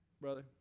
brother